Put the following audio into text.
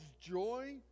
joy